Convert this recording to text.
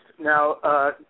Now